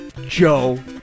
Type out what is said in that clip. Joe